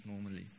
normally